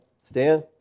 Stan